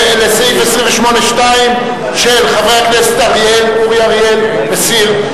לסעיף 28(2), חברי הכנסת אורי אריאל, מסיר.